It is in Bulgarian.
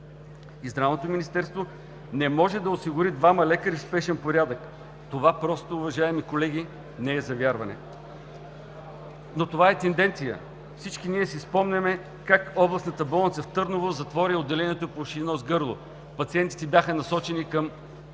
И Здравното министерство не може да осигури двама лекари в спешен порядък. Това просто, уважаеми колеги, не е за вярване. Но това е тенденция. Всички ние си спомняме как областната болница в Търново затвори Отделението по уши, нос и гърло. Пациентите бяха насочени към